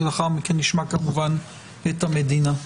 לאחר מכן נשמע כמובן את הממשלה.